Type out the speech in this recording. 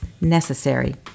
necessary